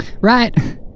Right